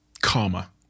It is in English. karma